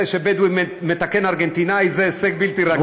זה שבדואי מתקן ארגנטינאי זה הישג בלתי רגיל.